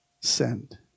send